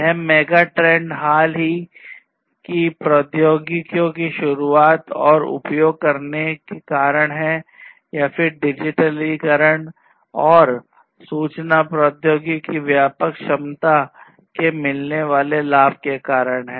यह मेगाट्रेंड हाल की प्रौद्योगिकियों की शुरूआत और उपयोग करने के कारण हैं या फिर डिजिटलीकरण और सूचना प्रौद्योगिकी की व्यापक क्षमता से मिलने वाले लाभ के कारण है